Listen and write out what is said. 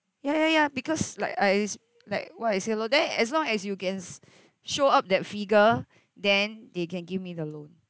ya ya ya because like I s~ like what I said lor then as long as you can s~ show up that figure then they can give me the loan